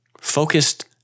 focused